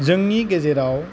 जोंनि गेजेराव